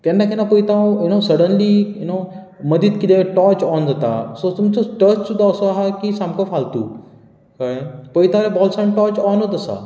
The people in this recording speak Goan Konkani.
केन्ना केन्ना पळयता हांव you know suddenly you know मदींच कितें टॉर्च ऑन जाता सो तुमचो टॉर्च सुद्दां असो आसा की सामको फालतू कळ्ळें पळयता जाल्यार बॉल्सांत टॉर्च ऑनूच आसा